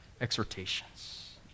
exhortations